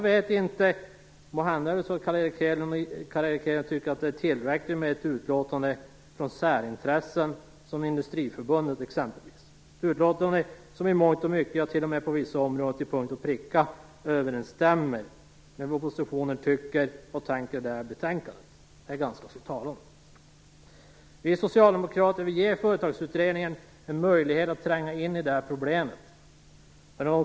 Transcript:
Måhända tycker Carl Erik Hedlund att det är tillräckligt med ett utlåtande från ett sådant särintresse som exempelvis Industriförbundet - ett utlåtande som i mångt och mycket och t.o.m. på vissa områden till punkt och pricka överensstämmer med vad oppositionen tycker och tänker i betänkandet. Detta är ganska talande. Vi socialdemokrater vill ge Företagsskatteutredningen en möjlighet att tränga in i problemet.